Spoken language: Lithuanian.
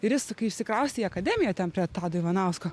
ir jis kai išsikraustė į akademiją ten prie tado ivanausko